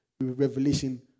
Revelation